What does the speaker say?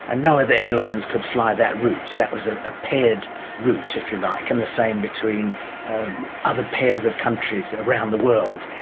and no other airlines could fly that route that was a ah paired route, if you like, and the same between other pairs of countries around the world.